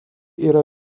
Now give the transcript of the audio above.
yra